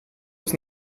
bis